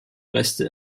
reste